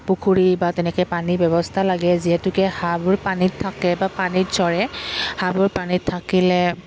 পুখুৰী বা তেনেকৈ পানীৰ ব্যৱস্থা লাগে যিহেতুকে হাঁহাবোৰ পানীত থাকে বা পানীত চৰে হাঁহাবোৰ পানীত থাকিলে